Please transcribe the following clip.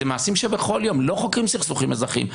זה מעשים שבכל יום, לא חוקרים סכסוכים אזרחיים.